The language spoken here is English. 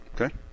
Okay